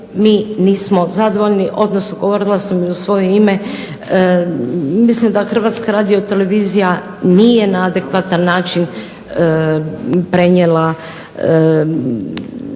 mi nismo zadovoljni, odnosno govorila sam i u svoje ime. Mislim da Hrvatska radiotelevizija nije na adekvatan način prenijela